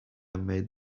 made